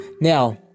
Now